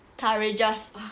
courageous